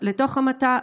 לתוך המטע,